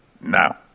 now